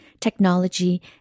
technology